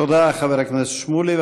תודה לחבר הכנסת שמולי.